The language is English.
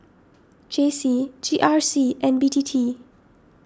J C G R C and B T T